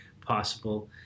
possible